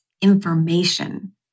information